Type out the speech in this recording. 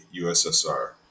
USSR